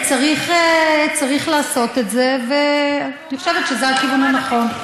צריך לעשות את זה, ואני חושבת שזה הכיוון הנכון.